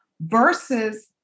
versus